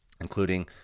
including